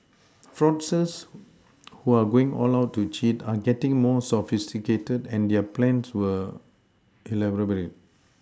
fraudsters who are going all out to cheat are getting more sophisticated and their plans were elaborate